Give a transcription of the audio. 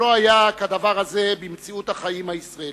שלא היה כדבר הזה במציאות החיים הישראלית.